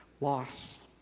loss